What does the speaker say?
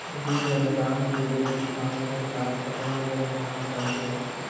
बीज अनुदान के लेल किसानों के पास केतना जमीन होना चहियों?